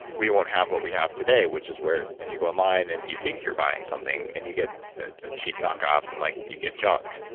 we won't have what we have today, which is where you go online and you think you're buying something and you get a cheap knock off and like you get junk.